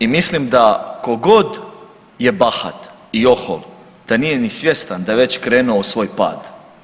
I mislim da tko god je bahat i ohol da nije ni svjestan da je već krenuo u svoj pad.